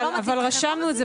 אבל רשמנו את זה